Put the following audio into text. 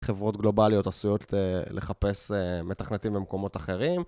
חברות גלובליות עשויות לחפש מתכנתים במקומות אחרים